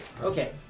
Okay